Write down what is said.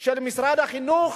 של משרד החינוך,